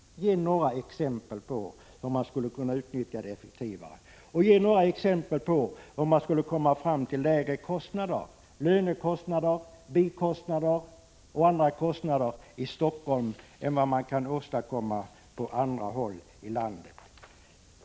Ge några exempel! Och ge några exempel på hur man skulle kunna komma fram till lägre kostnader — lönekostnader, bikostnader och andra kostnader — i Helsingfors än vad man kan åstadkomma på andra håll i landet!